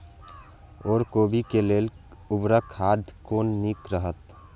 ओर कोबी के लेल उर्वरक खाद कोन नीक रहैत?